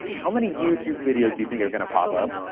how many youtube videos do you think are gonna pop up,